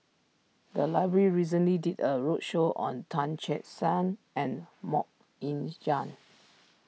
the library recently did a roadshow on Tan Che Sang and Mok Ying Jang